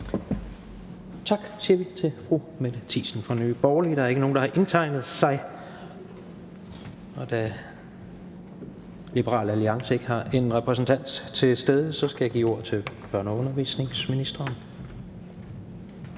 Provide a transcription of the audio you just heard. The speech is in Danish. Tak, siger vi til fru Mette Thiesen fra Nye Borgerlige. Der er ikke nogen, der har indtegnet sig for korte bemærkninger, og da Liberal Alliance ikke har en repræsentant til stede, skal jeg give ordet til børne- og undervisningsministeren.